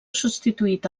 substituït